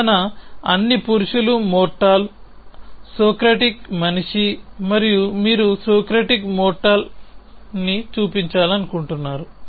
వాదన అన్ని పురుషులు మోర్టల్ సోక్రటిక్ మనిషి మరియు మీరు సోక్రటిక్ మోర్టల్ని చూపించాలనుకుంటున్నారు